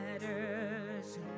matters